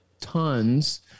tons